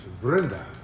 Brenda